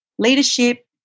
Leadership